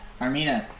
Armina